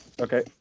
Okay